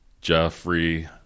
jeffrey